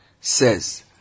says